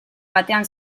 batean